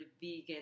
vegan